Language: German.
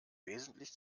wesentlich